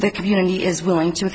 the community is willing to